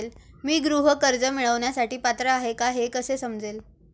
मी गृह कर्ज मिळवण्यासाठी पात्र आहे का हे कसे समजेल?